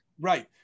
Right